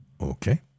Okay